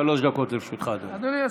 שלוש דקות לרשותך, אדוני.